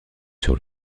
sur